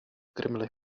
grimly